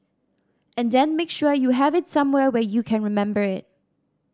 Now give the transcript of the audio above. and then make sure you have it somewhere where you can remember it